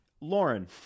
Lauren